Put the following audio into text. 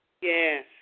Yes